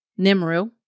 Nimru